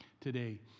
today